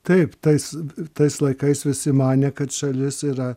taip tais tais laikais visi manė kad šalis yra